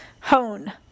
hone